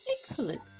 Excellent